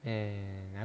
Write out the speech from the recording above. and a~